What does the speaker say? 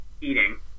eating